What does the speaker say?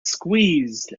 squeezed